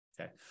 Okay